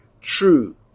true